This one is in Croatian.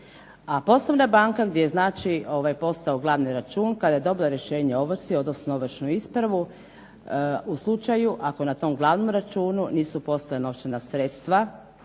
A poslovna banka gdje je znači postojao glavni račun, kada je dobila rješenje o ovrsi odnosno ovršnu ispravu, u slučaju ako na tom računu nisu postojala novčana sredstva